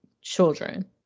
children